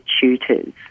tutors